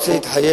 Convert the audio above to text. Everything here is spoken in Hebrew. לא רוצה להתחייב.